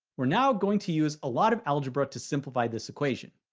we're now going to use a lot of algebra to simplify this equation.